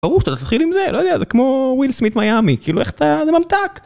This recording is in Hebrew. ברור שאתה תתחיל עם זה, לא יודע, זה כמו וויל סמית מיאמי, כאילו איך אתה... זה ממתק!